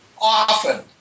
often